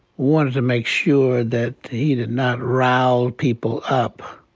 wanted to make sure that he did not rile people up.